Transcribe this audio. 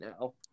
now